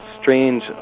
strange